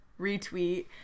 retweet